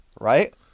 right